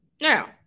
Now